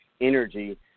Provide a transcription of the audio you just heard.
energy